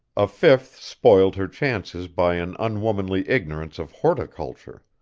a fifth spoiled her chances by an unwomanly ignorance of horticulture,